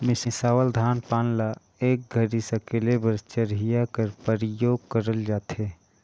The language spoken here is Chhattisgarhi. मिसावल धान पान ल एक घरी सकेले बर चरहिया कर परियोग करल जाथे